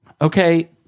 Okay